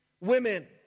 women